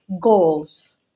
goals